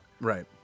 Right